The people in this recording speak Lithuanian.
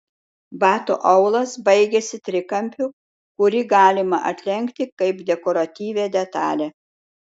bato aulas baigiasi trikampiu kurį galima atlenkti kaip dekoratyvią detalę